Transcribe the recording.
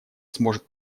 сможет